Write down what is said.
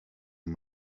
him